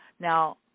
Now